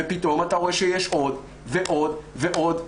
ופתאום אתה רואה שיש עוד ועוד ועוד,